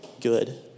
good